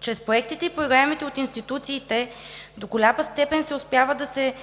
Чрез проектите и програмите от институциите до голяма степен се успява да се